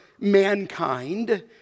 Mankind